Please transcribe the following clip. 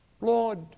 Lord